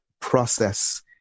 process